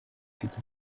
people